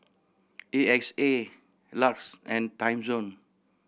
A X A LUX and Timezone